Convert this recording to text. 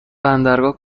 بندرگاه